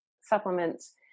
supplements